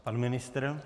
Pan ministr?